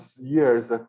years